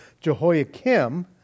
Jehoiakim